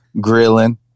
grilling